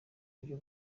buryo